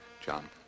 John